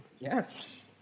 Yes